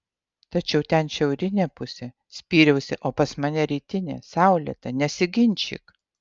tačiau ten šiaurinė pusė spyriausi o pas mane rytinė saulėta nesiginčyk